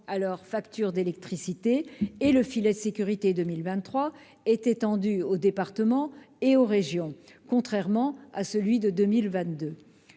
leur facture d'électricité et le filet de sécurité sera étendu aux départements et aux régions, contrairement à ce qui s'est